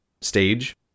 stage